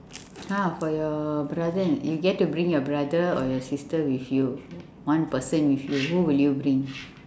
ah for your brother you get to bring your brother or your sister with you one person with you who will you bring